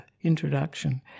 introduction